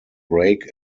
brake